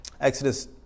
Exodus